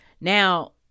Now